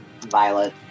violet